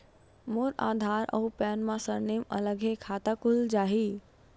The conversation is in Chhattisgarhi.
मोर आधार आऊ पैन मा सरनेम अलग हे खाता खुल जहीं?